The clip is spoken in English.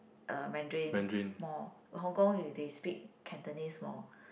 uh mandarin more Hong-Kong they speak Cantonese more